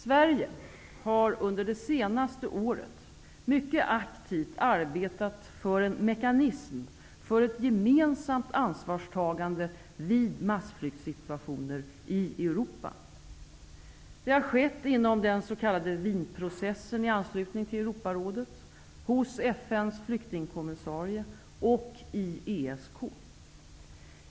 Sverige har under det senaste året mycket aktivt arbetat för en mekanism för ett gemensamt ansvarstagande vid massflyktssituationer i Europa. Det har skett inom den s.k. Wienprocessen i anslutning till Europarådet, hos FN:s flyktingkommissarie och i ESK.